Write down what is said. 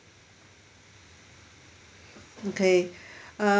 okay um